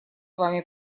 вами